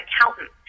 accountant